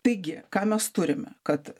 taigi ką mes turime kad